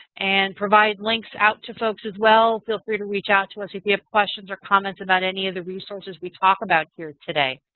and provide links out to folks as well. feel free to reach out to us if you have questions or comments about any of the resources we talk about here today.